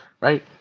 Right